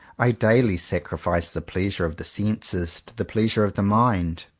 i daily sacrifice the pleasure of the senses to the pleasure of the mind.